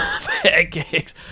pancakes